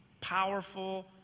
powerful